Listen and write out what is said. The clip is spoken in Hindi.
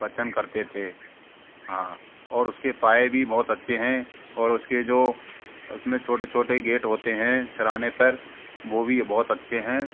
वचन करते थे हाँ और उसके पाए भी बहुत अच्छे हैं और उसके जो उसमें छोटे छोटे गेट होते हैं सिरहाने पर वो भी बहुत अच्छे हैं